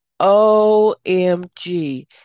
OMG